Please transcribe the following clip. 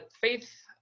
faith